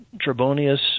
Trebonius